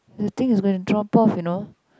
the thing is gonna drop off you know